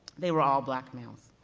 they were all black males.